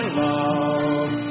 love